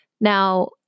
Now